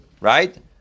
Right